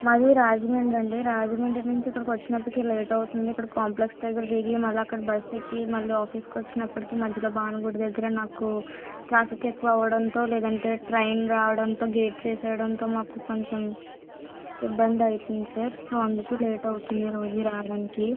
మాది రాజమండ్రి అండి రాజమండ్రి నుంచి ఇక్కడికి వచ్చేటప్పటికి లేట్ అవుతుంది ఇక్కడ కాంప్లెక్స్ దగ్గర దిగి మళ్ళీ అక్కడ బస్ ఎక్కి మళ్ళీ ఆఫీస్కి వచ్చేటప్పటికి మధ్యలో భానుగుడి దగ్గర నాకు ట్రాఫిక్ ఎక్కువ అవ్వడంతో లేదంటే ట్రైన్ రావడంతో గేట్స్ వేసేయడంతో మాకు కొంచెం ఇబ్బంది అవుతుంది సార్ సో అందుకు లేట్ అవుతుంది సార్ రోజు రావడానికి